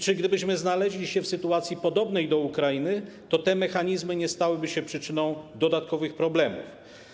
Czy gdybyśmy znaleźli się w sytuacji podobnej do Ukrainy, to te mechanizmy nie stałyby się przyczyną dodatkowych problemów?